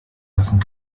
lassen